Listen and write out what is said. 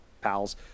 pals